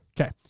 Okay